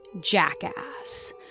Jackass